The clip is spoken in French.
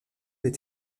des